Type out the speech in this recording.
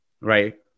right